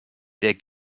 der